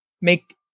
make